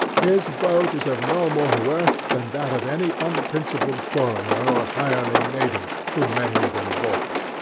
his vote is of no more worth than that of any unprincipled foreigner or hireling native, who may have been bought.